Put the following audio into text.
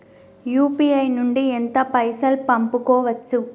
UPI నుండి ఎంత పైసల్ పంపుకోవచ్చు?